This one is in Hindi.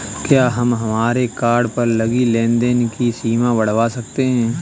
क्या हम हमारे कार्ड पर लगी लेन देन की सीमा बढ़ावा सकते हैं?